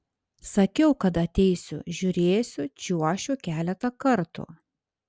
sakiau kad ateisiu žiūrėsiu čiuošiu keletą kartų